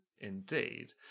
Indeed